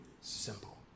simple